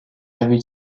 david